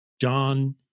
John